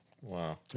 Wow